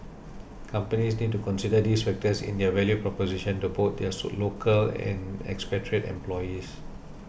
companies need to consider these factors in their value proposition to both their local and expatriate employees